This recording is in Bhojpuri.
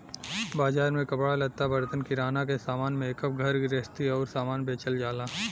बाजार में कपड़ा लत्ता, बर्तन, किराना के सामान, मेकअप, घर गृहस्ती आउर सामान बेचल जाला